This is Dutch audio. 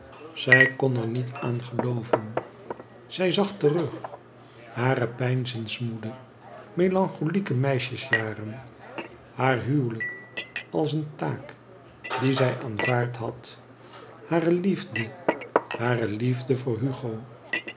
zij kon er niet aan gelooven zij zag terug hare peinzensmoede melancholieke meisjesjaren haar huwelijk als een taak die zij aanvaard had hare liefde hare liefde voor hugo